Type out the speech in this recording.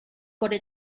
gotta